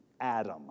Adam